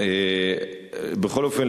בכל אופן,